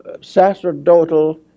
sacerdotal